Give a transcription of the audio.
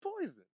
poison